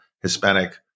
Hispanic